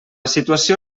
situació